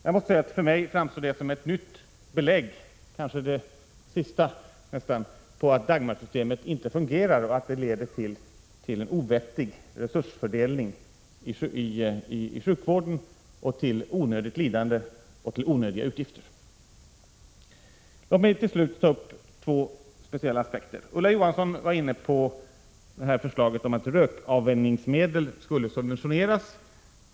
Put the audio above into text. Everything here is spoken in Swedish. Jag måste säga att detta för mig framstår som ett nytt belägg, kanske det slutgiltiga, för att Dagmarsystemet inte fungerar utan leder till en orimlig resursfördelning i sjukvården, till onödiga utgifter och till onödigt lidande. Låt mig till slut ta upp två speciella aspekter. Ulla Johansson var inne på förslaget om att rökavvänjningsmedel skulle subventioneras.